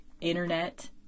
internet